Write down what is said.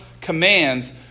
commands